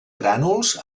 grànuls